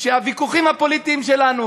שהוויכוחים הפוליטיים שלנו,